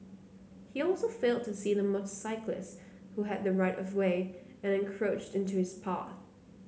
he also failed to see the motorcyclist who had the right of way and encroached into his path